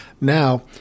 Now